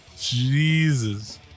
Jesus